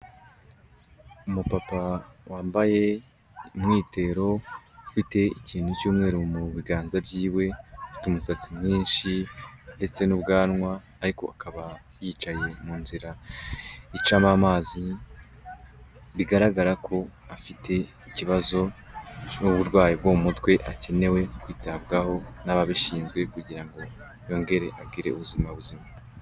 Umupapa wambaye umwitero ufite ikintu cy'umweru mu biganza byiwe, ufite umusatsi mwinshi ndetse n'ubwanwa, ariko akaba yicaye mu nzira icamo amazi bigaragara ko afite ikibazo n'uburwayi bwo mu mutwe akenewe kwitabwaho n'ababishinzwe kugira ngo yongere agire ubuzima buzima.